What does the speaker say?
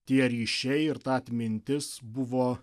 tie ryšiai ir ta atmintis buvo